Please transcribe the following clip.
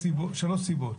משתי סיבות.